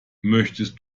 möchtest